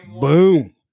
Boom